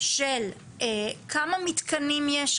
של כמה מתקנים יש,